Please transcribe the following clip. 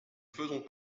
faisons